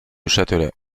châtelet